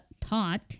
taught